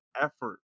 effort